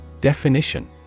Definition